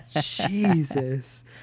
Jesus